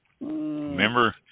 Remember